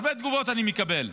הרבה תגובות אני מקבל: